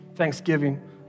thanksgiving